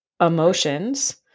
emotions